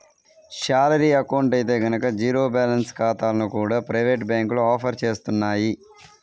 salary account అయితే గనక zero balance ఖాతాలను కూడా ప్రైవేటు బ్యాంకులు ఆఫర్ చేస్తున్నాయి